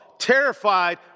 terrified